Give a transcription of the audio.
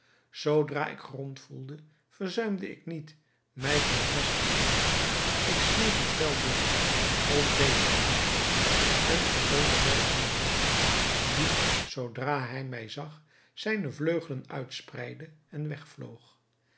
zoodra ik grond voelde verzuimde ik niet mij van het mes te bedienen ik sneed het vel door ontdeed er mij van en vertoonde mij aan den rok die zoodra hij mij zag zijne vleugelen uitspreidde en wegvloog